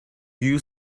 you